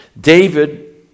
David